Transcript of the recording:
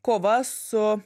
kova su